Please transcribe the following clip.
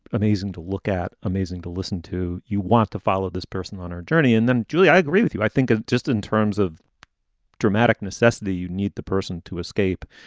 amazing to look at. amazing to listen to. you want to follow this person on her journey. and then, julie, i agree with you. i think just in terms of dramatic necessity, you need the person to escape.